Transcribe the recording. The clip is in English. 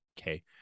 Okay